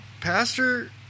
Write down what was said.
pastor